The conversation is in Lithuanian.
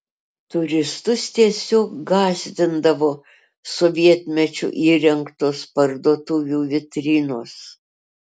turistus tiesiog gąsdindavo sovietmečiu įrengtos parduotuvių vitrinos